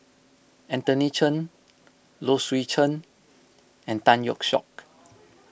Anthony Chen Low Swee Chen and Tan Yeok Seong